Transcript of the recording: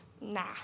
nah